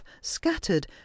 scattered